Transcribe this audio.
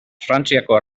frantziako